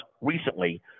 recently